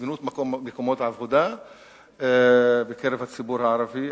בזמינות מקומות עבודה בקרב הציבור הערבי,